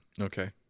Okay